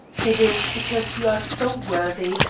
it is because you are so worthy,